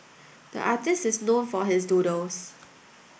the artist is known for his doodles